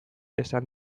esan